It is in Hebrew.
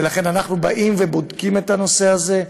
ולכן, אנחנו בודקים את הנושא הזה,